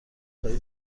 خواهی